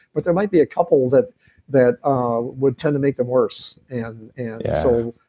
but there might be a couple that that um would tend to make them worse. and so